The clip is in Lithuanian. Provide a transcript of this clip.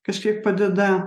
kažkiek padeda